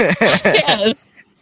Yes